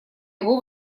его